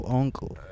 uncle